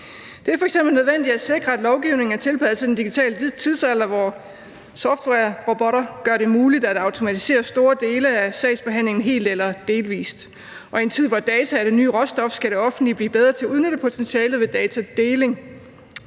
Det er f.eks. nødvendigt at sikre, at lovgivningen er tilpasset den digitale tidsalder, hvor software og robotter gør det muligt at automatisere store dele af sagsbehandlingen helt eller delvis. Og i en tid, hvor data er det nye råstof, skal det offentlige blive bedre til at udnytte potentialet ved datadeling.